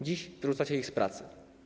Dziś wyrzucacie ich z pracy.